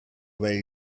way